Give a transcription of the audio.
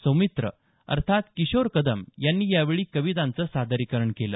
सौमित्र अर्थात किशोर कदम यांनी यावेळी कवितांचं सादरीकरण केलं